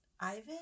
Ivan